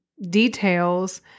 details